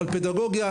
על פדגוגיה,